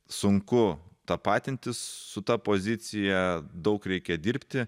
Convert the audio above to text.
sunku tapatintis su ta pozicija daug reikia dirbti